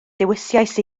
dewisais